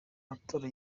matora